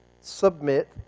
submit